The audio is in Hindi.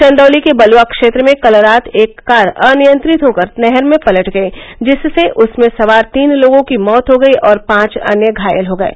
चंदौली के बलुआ क्षेत्र में कल रात एक कार अनियंत्रित होकर नहर में पलट गयी जिससे उसमें सवार तीन लोगों की मौत हो गई और पांच अन्य घायल हो गये